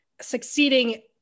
succeeding